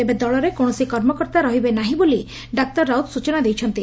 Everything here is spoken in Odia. ତେବେ ଦଳରେ କୌଶସି କର୍ମକର୍ତା ରହିବେ ନାର୍ହି ବୋଲି ଡାକ୍ତର ରାଉତ ସୂଚନା ଦେଇଛନ୍ତି